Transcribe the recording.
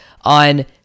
on